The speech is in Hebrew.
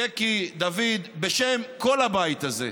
ז'קי, דוד, בשם כל הבית הזה: